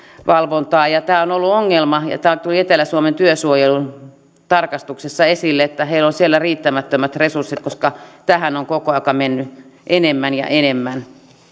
valvontaa ja tämä on ollut ongelma tämä tuli etelä suomen työsuojelun tarkastuksessa esille että heillä on siellä riittämättömät resurssit koska tähän on koko aika mennyt enemmän ja enemmän